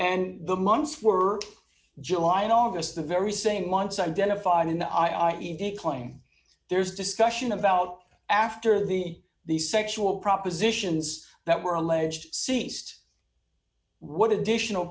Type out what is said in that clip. and the months were july and august the very same once identified in i e they claim there's discussion about after the the sexual propositions that were alleged ceased what additional